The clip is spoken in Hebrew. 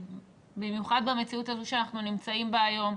במיוחד במציאות הזו שאנחנו נמצאים בה היום,